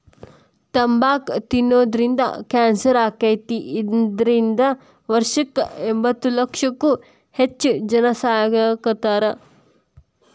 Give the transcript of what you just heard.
ತಂಬಾಕ್ ತಿನ್ನೋದ್ರಿಂದ ಕ್ಯಾನ್ಸರ್ ಆಕ್ಕೇತಿ, ಇದ್ರಿಂದ ವರ್ಷಕ್ಕ ಎಂಬತ್ತಲಕ್ಷಕ್ಕೂ ಹೆಚ್ಚ್ ಜನಾ ಸಾಯಾಕತ್ತಾರ